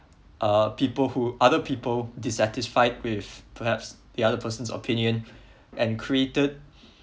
uh people who other people dissatisfied with perhaps the other person's opinion and created